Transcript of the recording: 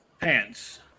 pants